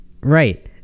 right